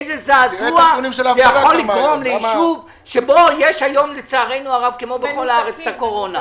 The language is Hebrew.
איזה זעזוע זה יכול לגרום ליישוב שבו יש לצערנו את הקורונה.